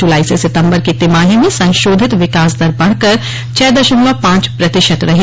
जुलाई से सितंबर की तिमाही में संशोधित विकास दर बढ़कर छह दशमलव पांच प्रतिशत रही